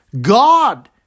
God